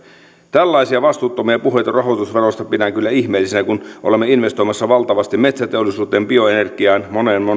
tällaisia vastuuttomia puheita rahoitusverosta pidän kyllä ihmeellisinä kun olemme investoimassa valtavasti metsäteollisuuteen bioenergiaan ja moneen